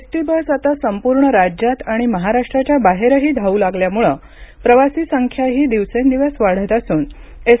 ST bus आता संपूर्ण राज्यात आणि महाराष्ट्राच्या बाहेरही धावू लागल्यामुळे प्रवासी संख्याही दिवसेंदिवस वाढत असूनएस